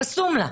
חסום לה.